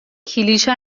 کلیشه